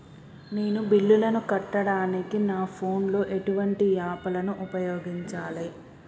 నేను బిల్లులను కట్టడానికి నా ఫోన్ లో ఎటువంటి యాప్ లను ఉపయోగించాలే?